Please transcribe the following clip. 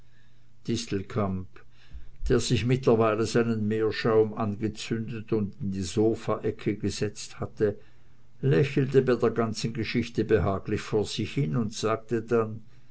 distelkamp der sich mittlerweile seinen meerschaum angezündet und in die sofaecke gesetzt hatte lächelte bei der ganzen geschichte behaglich vor sich hin und sagte dann